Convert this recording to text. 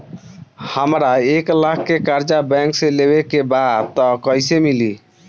हमरा एक लाख के कर्जा बैंक से लेवे के बा त कईसे मिली?